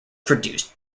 produced